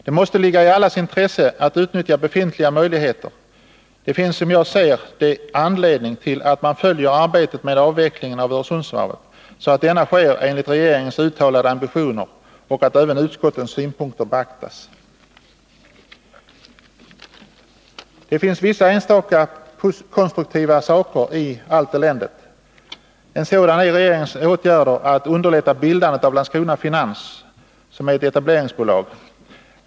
Det måste ligga i allas intresse att utnyttja befintliga möjligheter. Det finns som jag ser det anledning till att man följer arbetet med avvecklingen av Öresundsvarvet, så att denna sker enligt regeringens uttalade ambitioner och att även utskottens synpunkter beaktas. Det finns vissa enstaka konstruktiva inslag i allt eländet. Ett sådant är regeringens åtgärder för att underlätta bildandet av Landskrona Finans AB, som är ett etableringsbolag.